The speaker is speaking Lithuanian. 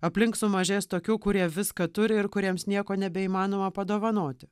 aplink sumažės tokių kurie viską turi ir kuriems nieko nebeįmanoma padovanoti